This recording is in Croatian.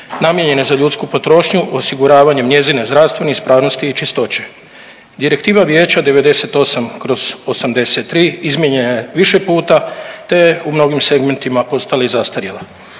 namijenjene za ljudsku potrošnju osiguravanjem njezine zdravstvene ispravnosti i čistoće. Direktiva Vijeća 98/83 izmijenjena je više puta te je u mnogim segmentima postala i zastarjela.